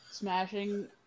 Smashing